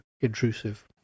intrusive